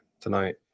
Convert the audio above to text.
tonight